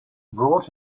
brought